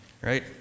right